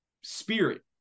spirit